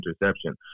interception